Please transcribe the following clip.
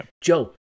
Joe